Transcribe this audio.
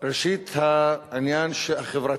ראשית, העניין החברתי: